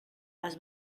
les